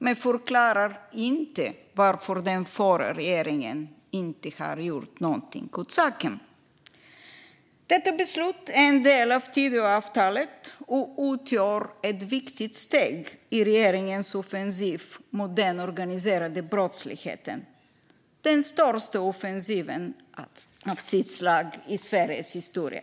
Men det förklarar inte varför den förra regeringen inte gjorde något åt saken. Detta beslut är en del av Tidöavtalet och utgör ett viktigt steg i regeringens offensiv mot den organiserade brottsligheten. Det är den största offensiven av sitt slag i Sveriges historia.